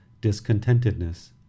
discontentedness